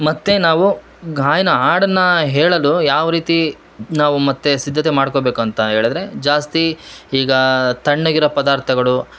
ಮತ್ತು ನಾವು ಗಾಯನ ಹಾಡನ್ನ ಹೇಳಲು ಯಾವ ರೀತಿ ನಾವು ಮತ್ತು ಸಿದ್ಧತೆ ಮಾಡ್ಕೋಬೇಕು ಅಂತ ಹೇಳಿದ್ರೆ ಜಾಸ್ತಿ ಈಗ ತಣ್ಣಗಿರೋ ಪದಾರ್ಥಗಳು